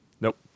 Nope